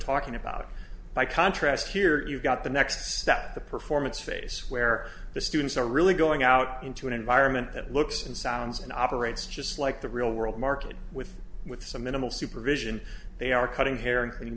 talking about by contrast here you've got the next step the performance face where the students are really going out into an environment that looks and sounds and operates just like the real world market with with some minimal supervision they are cutting hair